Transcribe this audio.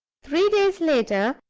three days later,